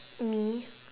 me